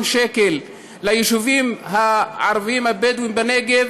שקלים ליישובים הערביים הבדואיים בנגב